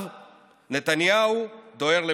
עכשיו נתניהו דוהר לבחירות.